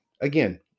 Again